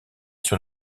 sur